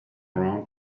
around